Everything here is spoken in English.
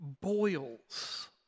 boils